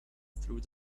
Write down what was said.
through